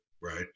Right